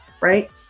Right